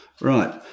Right